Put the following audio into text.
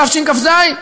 בתשכ"ז?